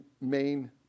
main